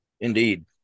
indeed